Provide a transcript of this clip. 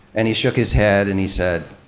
and he shook his head and he said,